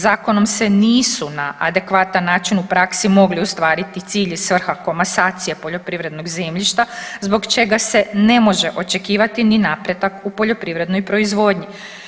Zakonom se nisu na adekvatan način u praksi mogli ostvariti cilj i svrha komasacije poljoprivrednog zemljišta zbog čega se ne može očekivati ni napredak u poljoprivrednoj proizvodnji.